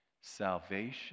Salvation